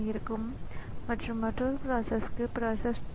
எனவே இவ்வழியாக இந்த உபகரணங்கள் வெவ்வேறு இயல்புடையவை